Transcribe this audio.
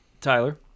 Tyler